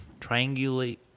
Triangulate